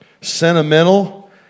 sentimental